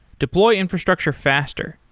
deploy infrastructure faster.